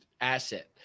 asset